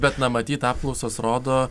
bet na matyt apklausos rodo